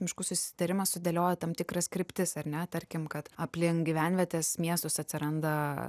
miškų susitarimas sudėliojo tam tikras kryptis ar ne tarkim kad aplink gyvenvietes miestus atsiranda